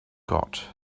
got